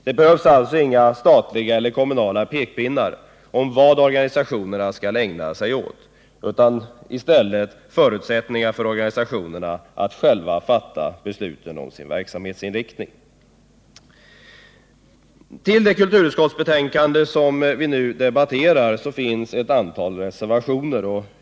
Det behövs alltså inga statliga eller kommunala pekpinnar när det gäller vad organisationerna skall ägna sig åt, utan det bör i stället skapas förutsättningar för organisationerna själva att fatta besluten om sin verksamhetsinriktning. Till det betänkande vi nu debatterar finns fogade ett antal reservationer.